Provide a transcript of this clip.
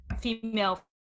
female